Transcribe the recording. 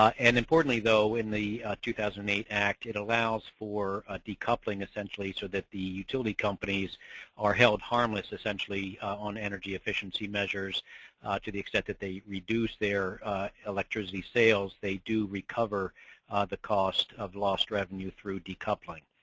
um and importantly though in the two thousand and eight act, it allows for a de-coupling essentially so that the utility companies are held harmless essentially on energy efficiency measures to the extent that they reduce their electricity sales. they do recover the cost of lost revenue through de-coupling.